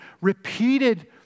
repeated